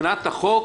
מבחינת החוק